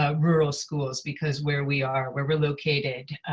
ah rural schools because where we are, where we're located.